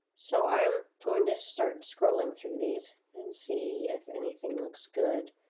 so i'm going to start scrolling through these and see if anything looks good.